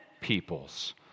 peoples